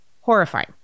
horrifying